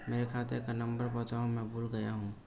मेरे खाते का नंबर बताओ मैं भूल गया हूं